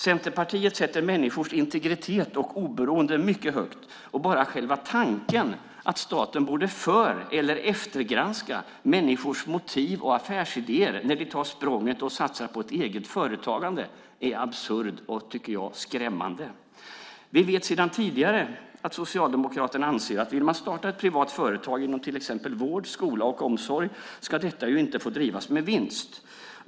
Centerpartiet sätter människors integritet och oberoende mycket högt. Bara själva tanken på att staten borde för eller eftergranska människors motiv och affärsidéer när de tar språnget och satsar på eget företagande är absurt och, tycker jag, skrämmande. Sedan tidigare vet vi att Socialdemokraterna anser att om någon vill starta ett privat företag inom till exempel vård, skola eller omsorg får det företaget inte drivas med vinst.